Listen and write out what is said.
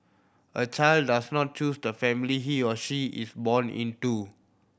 a child does not choose the family he or she is born into